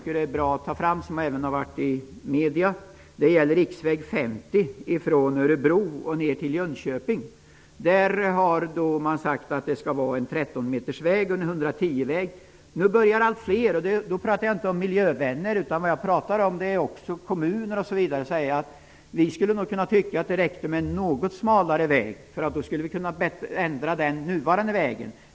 Ett annat projekt som förekommit i media gäller riksväg 50 från Örebro till Jönköping. Man har sagt att det skall vara en 13 m bred 110-kilometersväg. Inte bara miljövänner utan även kommuner börjar nu säga att de skulle kunna tänka sig en något smalare väg och då även att ändra den nuvarande vägen.